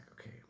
okay